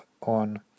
on